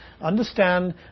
Understand